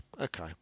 Okay